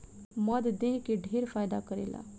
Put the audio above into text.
मध देह के ढेर फायदा करेला